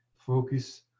focus